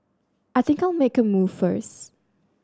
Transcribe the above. I think I'll make a move first